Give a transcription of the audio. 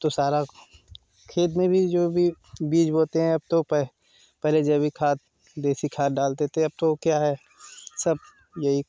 अब तो सारा खेत में भी जो भी बीज बोते हैं अब तो पै पहले जैविक खाद देशी खाद डालते थे अब तो क्या सब ये